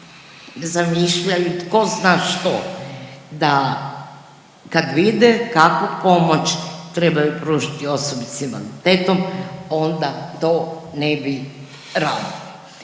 zamišljaju tko zna što, da kad vide kakvu pomoć trebaju pružiti osobi s invaliditetom, onda to ne bi radili.